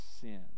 sin